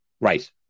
Right